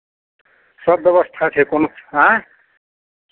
सभ व्यवस्था छै कोनो आँय